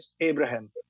Abraham